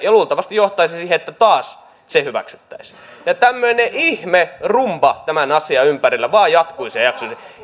ja luultavasti johtaisi siihen että taas se hyväksyttäisiin ja tämmöinen ihme rumba tämän asian ympärillä vain jatkuisi ja jatkuisi